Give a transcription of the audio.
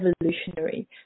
evolutionary